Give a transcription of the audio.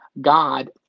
God